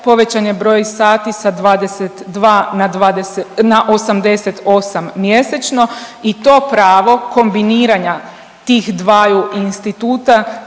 povećan je broj sati sa 22 na 88 mjesečno i to pravo kombiniranja tih dvaju instituta